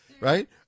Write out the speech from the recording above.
Right